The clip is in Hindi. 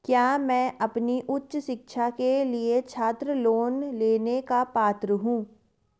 क्या मैं अपनी उच्च शिक्षा के लिए छात्र लोन लेने का पात्र हूँ?